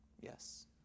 yes